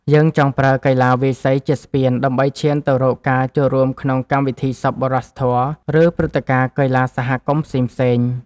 យើងចង់ប្រើកីឡាវាយសីជាស្ពាន ដើម្បីឈានទៅរកការចូលរួមក្នុងកម្មវិធីសប្បុរសធម៌ ឬព្រឹត្តិការណ៍កីឡាសហគមន៍ផ្សេងៗ។